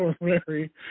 Mary